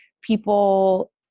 People